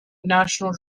national